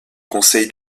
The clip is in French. conseil